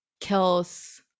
kills